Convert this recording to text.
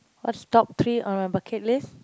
what's top three on my bucket list